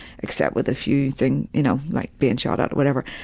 except with a few thing you know, like being shot at, whatever.